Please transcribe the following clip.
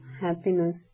happiness